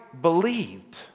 believed